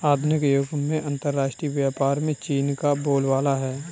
आधुनिक युग में अंतरराष्ट्रीय व्यापार में चीन का बोलबाला है